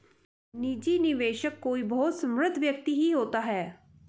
निजी निवेशक कोई बहुत समृद्ध व्यक्ति ही होता है